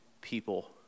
people